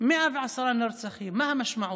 110 נרצחים, מה המשמעות?